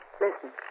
Listen